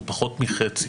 הוא פחות מחצי.